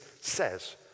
says